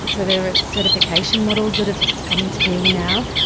and so there are certification models that have come into being now,